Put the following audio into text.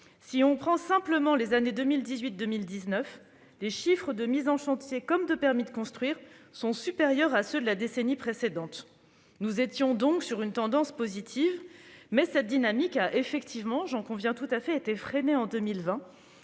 En prenant uniquement les années 2018 et 2019, les chiffres de mises en chantier, comme ceux des permis de construire, sont supérieurs à ceux de la décennie précédente. Nous étions donc sur une tendance positive, mais cette dynamique a effectivement été freinée en 2020,